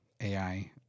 AI